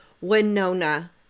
Winona